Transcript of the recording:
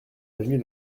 avenue